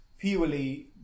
purely